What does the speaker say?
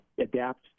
adapt